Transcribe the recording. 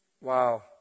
Wow